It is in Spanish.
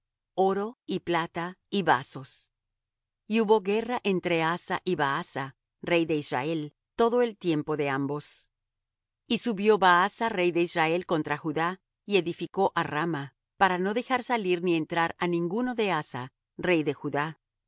oro y plata y vasos y hubo guerra entre asa y baasa rey de israel todo el tiempo de ambos y subió baasa rey de israel contra judá y edificó á rama para no dejar salir ni entrar á ninguno de asa rey de judá